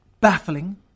baffling